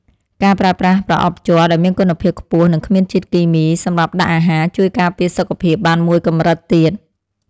ការប្រើប្រាស់ប្រអប់ជ័រដែលមានគុណភាពខ្ពស់និងគ្មានជាតិគីមីសម្រាប់ដាក់អាហារ ជួយការពារសុខភាពបានមួយកម្រិតទៀត។